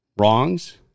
wrongs